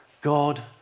God